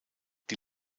die